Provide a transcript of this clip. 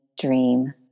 dream